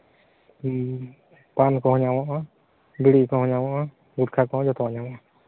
ᱦᱮᱸ ᱯᱟᱱ ᱠᱚᱦᱚᱸ ᱧᱟᱢᱚᱜᱼᱟ ᱵᱤᱲᱤ ᱠᱚᱦᱚᱸ ᱧᱟᱢᱚᱜᱼᱟ ᱜᱩᱴᱠᱟ ᱠᱚᱦᱚᱸ ᱡᱚᱛᱚᱣᱟᱜ ᱜᱮ ᱧᱟᱢᱚᱜᱼᱟ